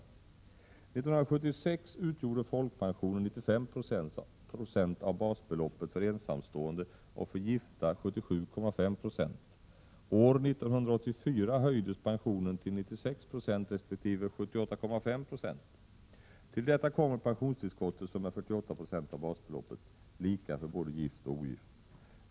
År 1976 utgjorde folkpensionen 95 96 av basbeloppet för ensamstående och för gifta 77,5 90. År 1984 höjdes pensionen till 96 96 resp. 78,5 96. Till detta kommer pensionstillskottet som är 48 Jo av basbeloppet, lika för både gift och ogift.